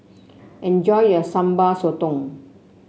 enjoy your Sambal Sotong